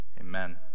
Amen